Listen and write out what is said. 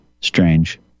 Strange